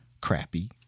crappy